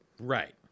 right